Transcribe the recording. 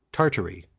tartary,